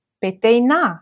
peteina